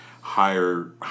higher